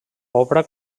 obra